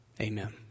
Amen